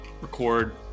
record